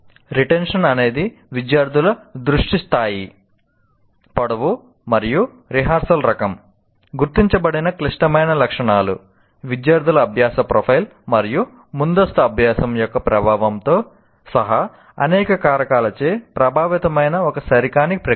retention అనేది విద్యార్థుల దృష్టి స్థాయి పొడవు మరియు రిహార్సల్ రకం గుర్తించబడిన క్లిష్టమైన లక్షణాలు విద్యార్థుల అభ్యాస ప్రొఫైల్ మరియు ముందస్తు అభ్యాసం యొక్క ప్రభావంతో సహా అనేక కారకాలచే ప్రభావితమైన ఒక సరికాని ప్రక్రియ